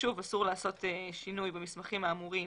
שוב, אסור לעשות שינוי במסמכים האמורים